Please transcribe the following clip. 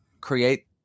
create